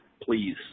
please